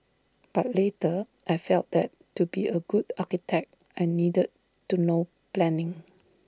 but later I felt that to be A good architect I needed to know planning